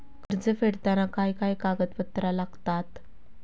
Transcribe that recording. कर्ज फेडताना काय काय कागदपत्रा लागतात?